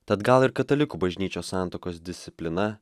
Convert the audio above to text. tad gal ir katalikų bažnyčios santuokos disciplina